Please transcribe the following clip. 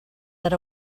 that